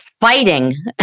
fighting